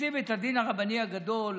נשיא בית הדין הרבני הגדול,